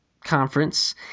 conference